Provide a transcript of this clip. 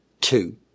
two